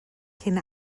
cyn